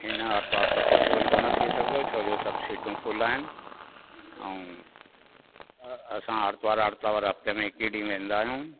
हिन आर्तवार त पॉसिबल कोन थी सघंदो छो जो सभु सीटियूं फ़ुल आहिनि ऐं असां आर्तवारु आर्तवारु हफ़्ते में हिकु ई ॾींहुं वेंदा आहियूं